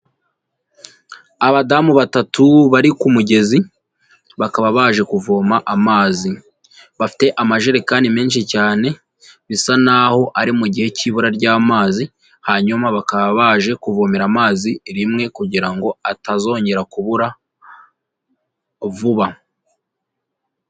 Abadamu batatu bari ku ku mugezi, bakaba baje kuvoma amazi, bafite amajerekani menshi cyane bisa n'aho ari mu gihe cy'ibura ry'amazi hanyuma bakaba baje kuvomera amazi rimwe kugira ngo atazongera kubura vuba.